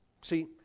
See